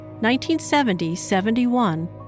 1970-71